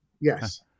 Yes